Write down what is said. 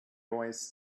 always